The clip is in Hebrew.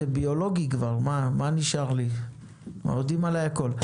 מה נשאר לי, יודעים עלי הכול.